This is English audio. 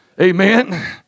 amen